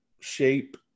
shape